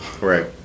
Right